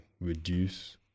reduce